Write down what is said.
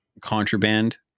Contraband